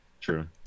True